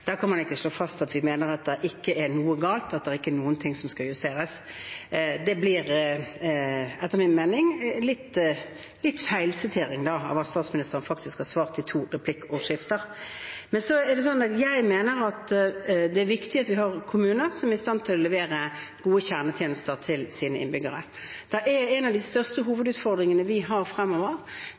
kan man ikke slå fast at vi mener at det ikke er noe galt, og at det ikke er noe som skal justeres. Det blir, etter min mening, litt feilsitering av hva statsministeren faktisk har svart i to replikksvar. Jeg mener at det er viktig at vi har kommuner som er i stand til å levere gode kjernetjenester til sine innbyggere. En av de største hovedutfordringene vi kommer til å ha fremover,